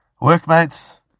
workmates